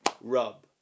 rub